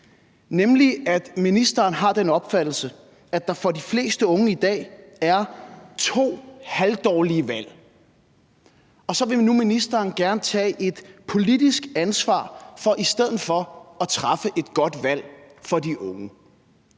nemlig at ministeren har den opfattelse, at der for de fleste unge i dag er to halvdårlige valg. Nu vil ministeren så gerne tage et politisk ansvar for i stedet for at træffe et godt valg for de unge.